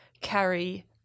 carry